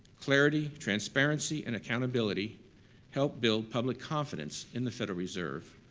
clarity, transparency, and accountability help build public confidence in the federal reserve,